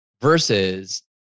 versus